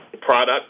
product